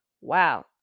Wow